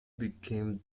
became